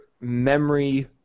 memory